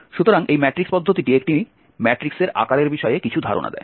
সুতরাং এই ম্যাট্রিক্স পদ্ধতিটি একটি ম্যাট্রিক্সের আকারের বিষয়ে কিছু ধারণা দেয়